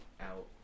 out